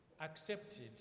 accepted